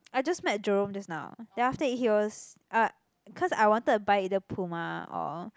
I just met Jerome just now then after that he was ah cause I wanted to buy either Puma or